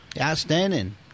Outstanding